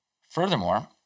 Furthermore